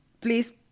please